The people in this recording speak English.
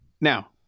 Now